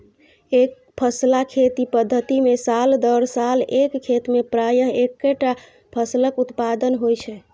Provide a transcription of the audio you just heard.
एकफसला खेती पद्धति मे साल दर साल एक खेत मे प्रायः एक्केटा फसलक उत्पादन होइ छै